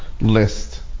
list